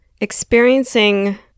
experiencing